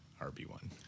RB1